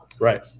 Right